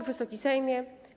Wysoki Sejmie!